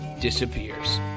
disappears